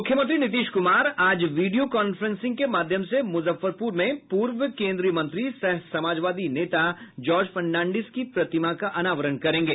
मुख्यमंत्री नीतीश कुमार आज video conferencing के माध्यम से मुजफ्फरपुर में पूर्व केन्द्रीय मंत्री सह समाजवादी नेता जार्ज फर्नांडिस की प्रतिमा का अनावरण करेंगे